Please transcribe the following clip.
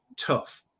tough